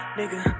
nigga